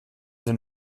den